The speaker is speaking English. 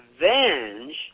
revenge